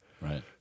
Right